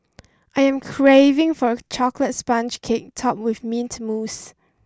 I am craving for a chocolate sponge cake topped with mint mousse